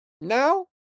Now